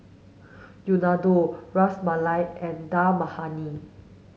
Unadon Ras Malai and Dal Makhani